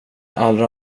allra